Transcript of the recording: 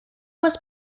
was